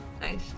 Nice